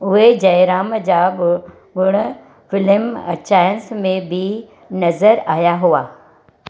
उहे जयराम जा ॻु ॻुड़ फ़िल्म अचायंस में बि नज़र आया हुआ